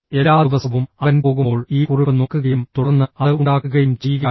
എല്ലാ ദിവസവും അവൻ പോകുമ്പോൾ ഈ കുറിപ്പ് നോക്കുകയും തുടർന്ന് അത് ഉണ്ടാക്കുകയും ചെയ്യുകയായിരുന്നു